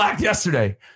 yesterday